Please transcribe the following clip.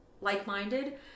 like-minded